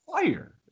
fire